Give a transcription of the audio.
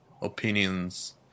opinions